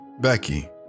Becky